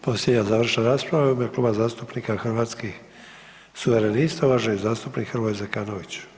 Posljednja završna rasprava u ime Kluba zastupnika Hrvatskih suverenista, uvaženi zastupnik Hrvoje Zekanović.